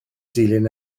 dilyn